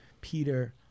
Peter